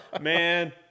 man